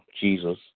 Jesus